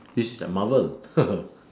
this is like marvel